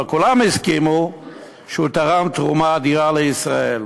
אבל כולם הסכימו שהוא תרם תרומה אדירה לישראל.